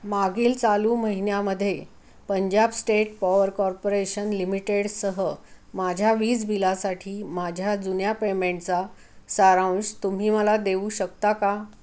मागील चालू महिन्यामध्ये पंजाब स्टेट पॉवर कॉर्पोरेशन लिमिटेडसह माझ्या वीज बिलासाठी माझ्या जुन्या पेमेंटचा सारांश तुम्ही मला देऊ शकता का